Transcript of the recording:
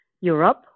Europe